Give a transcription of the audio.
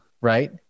right